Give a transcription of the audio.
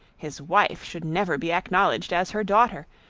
his wife should never be acknowledged as her daughter,